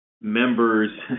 members